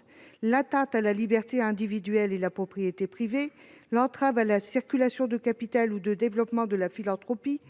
porterait atteinte à la liberté individuelle et à la propriété privée, serait une entrave à la circulation de capital ou au développement de la philanthropie,